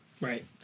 Right